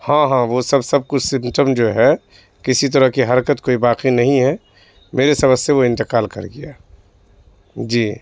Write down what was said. ہاں ہاں وہ سب سب کچھ سمپٹم جو ہے کسی طرح کی حرکت کوئی باقی نہیں ہے میرے سمجھ سے وہ انتقال کر گیا جی